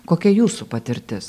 kokia jūsų patirtis